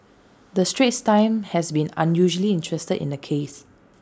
the straits times has been unusually interested in the case